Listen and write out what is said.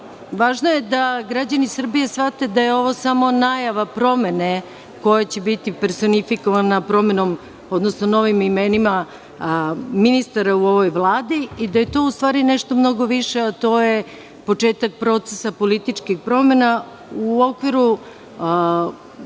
važno je da građani Srbije shvate da je ovo samo najava promene koja će biti personifikovana promenom, odnosno novim imenima ministara u ovoj vladi i da je to ustvari nešto mnogo više, a to je početak procesa političkih promena u okviru